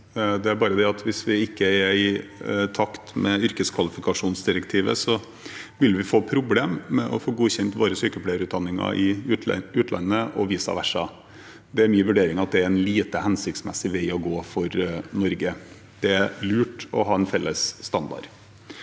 Det er bare det at hvis vi ikke er i takt med yrkeskvalifikasjonsdirektivet, vil vi få problemer med å få godkjent våre sykepleierutdanninger i utlandet, og vice versa. Det er min vurdering at det er en lite hensiktsmessig vei å gå for Norge. Det er lurt å ha en felles standard.